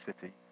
city